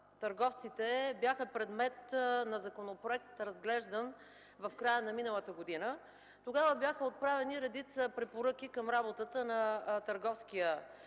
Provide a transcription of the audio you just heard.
търговците бяха предмет на законопроект, разглеждан в края на миналата година. Тогава бяха отправени редица препоръки към работата на Търговския регистър.